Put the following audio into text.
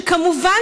שכמובן,